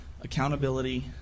accountability